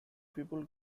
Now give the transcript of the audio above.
people